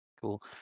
Cool